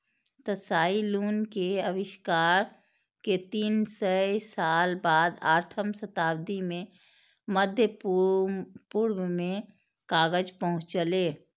Tsai Lun के आविष्कार के तीन सय साल बाद आठम शताब्दी मे मध्य पूर्व मे कागज पहुंचलै